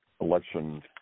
election